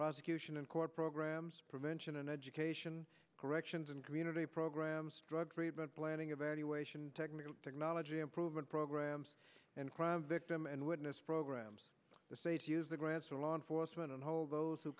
prosecution and court programs prevention and education corrections and community programs drug treatment planning evaluation technology improvement programs and crime victim and witness programs to say to use the grants to law enforcement and hold those who